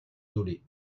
dolez